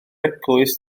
eglwys